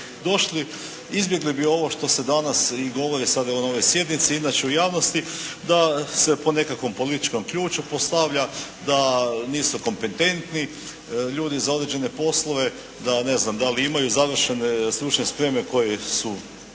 došli, izbjegli bi ovo što se danas i govori sada evo na ovoj sjednici inače u javnosti da se po nekakvom političkom ključu postavlja da nisu kompetentni ljudi za određene poslove. Da, ne znam, da li imaju završene stručne spreme koje su